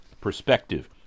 perspective